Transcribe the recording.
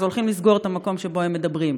אז הולכים לסגור את המקום שבו הם מדברים.